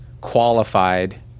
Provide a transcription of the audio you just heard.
qualified